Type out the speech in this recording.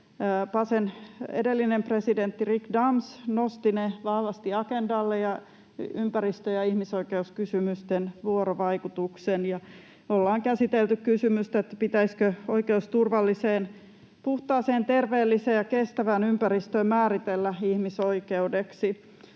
PACEn edellinen presidentti Rik Daems nosti vahvasti agendalle ne ja ympäristö- ja ihmisoikeuskysymysten vuorovaikutuksen. Me ollaan käsitelty kysymystä, pitäisikö oikeus turvalliseen, puhtaaseen, terveelliseen ja kestävään ympäristöön määritellä ihmisoikeudeksi.